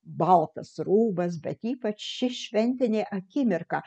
baltas rūbas bet ypač ši šventinė akimirka